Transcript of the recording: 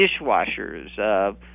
dishwashers